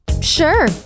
Sure